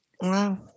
Wow